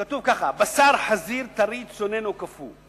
כתוב ככה: בשר חזיר, טרי, צונן או קפוא: